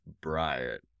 Bryant